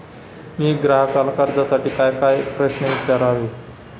मी ग्राहकाला कर्जासाठी कायकाय प्रश्न विचारावे?